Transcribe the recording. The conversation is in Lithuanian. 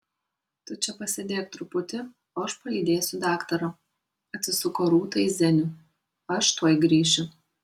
tu čia pasėdėk truputį o aš palydėsiu daktarą atsisuko rūta į zenių aš tuoj grįšiu